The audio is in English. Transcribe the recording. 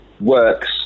works